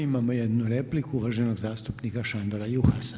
Imamo jednu repliku uvaženog zastupnika Šandora Juhasa.